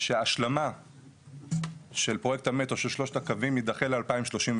שההשלמה של פרויקט המטרו של שלושת הקווים יידחה ל-2037.